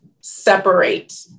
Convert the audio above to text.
separate